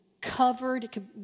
covered